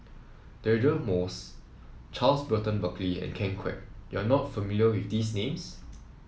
Deirdre Moss Charles Burton Buckley and Ken Kwek you are not familiar with these names